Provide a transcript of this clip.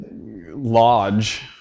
lodge